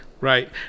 Right